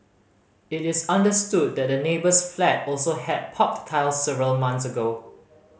it is understood that the neighbour's flat also had popped tiles several months ago